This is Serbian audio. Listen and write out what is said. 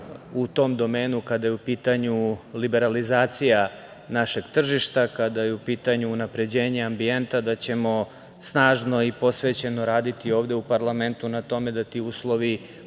U tom domenu, kada je u pitanju liberalizacija našeg tržišta, kada je u pitanju unapređenje ambijenta, naravno da ćemo snažno i posvećeno raditi ovde u parlamentu na tome da ti uslovi